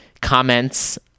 comments